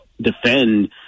defend